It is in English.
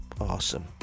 Awesome